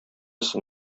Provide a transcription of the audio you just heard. син